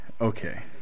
Okay